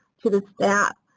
to the staff.